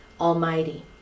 Almighty